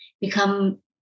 become